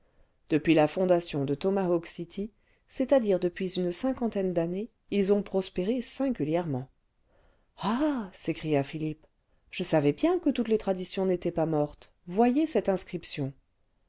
depuis la fondation de tomahawk city c'est-à-dire depuis une cinquantaine d'années ils ont prospéré singulièrement ah s'écria philippe je savais bien que toutes les traditions n'étaient pas mortes voyez cette inscription